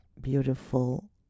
beautiful